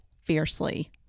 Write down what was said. fiercely